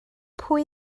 pwy